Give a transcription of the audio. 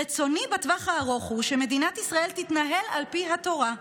רצוני בטווח הארוך הוא שמדינת ישראל תתנהל על פי התורה.